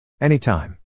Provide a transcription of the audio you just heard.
Anytime